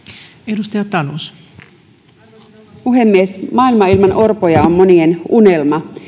arvoisa rouva puhemies maailma ilman orpoja on monien unelma